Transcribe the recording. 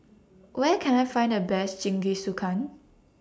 Where Can I Find The Best Jingisukan